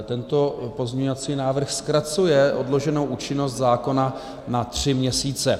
Tento pozměňovací návrh zkracuje odloženou účinnost zákona na tři měsíce.